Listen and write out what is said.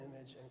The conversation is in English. image